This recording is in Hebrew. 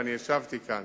ואני השבתי כאן.